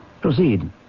Proceed